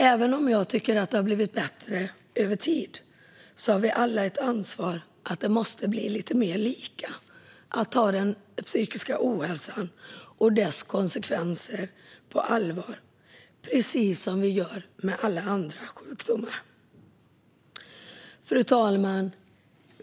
Även om jag tycker att det har blivit bättre över tid har vi alla ett ansvar för att det blir lite mer lika, att vi tar den psykiska ohälsan och dess konsekvenser på allvar precis som vi gör med andra sjukdomar. Fru talman!